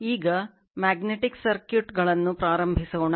ಈಗ ಮ್ಯಾಗ್ನೆಟಿಕ್ ಸರ್ಕ್ಯೂಟ್ಗಳನ್ನು ಪ್ರಾರಂಭಿಸೋಣ